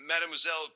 Mademoiselle